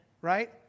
Right